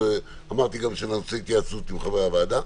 אמרתי גם שאני רוצה התייעצות עם חברי הוועדה,